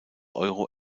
euro